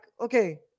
okay